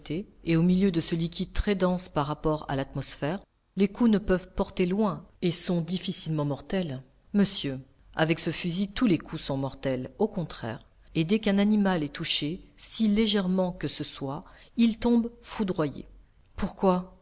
et au milieu de ce liquide très dense par rapport à l'atmosphère les coups ne peuvent porter loin et sont difficilement mortels monsieur avec ce fusil tous les coups sont mortels au contraire et dès qu'un animal est touché si légèrement que ce soit il tombe foudroyé pourquoi